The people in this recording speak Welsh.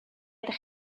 ydych